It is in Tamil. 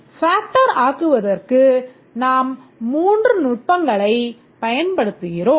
Factor ஆக்குவதற்கு நாம் மூன்று நுட்பங்களைப் பயன்படுத்துகிறோம்